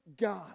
God